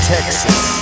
Texas